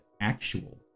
actual